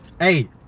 hey